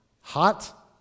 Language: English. hot